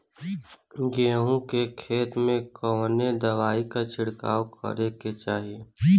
गेहूँ के खेत मे कवने दवाई क छिड़काव करे के चाही?